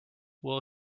will